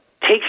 take